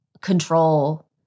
control